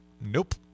Nope